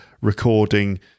recording